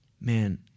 man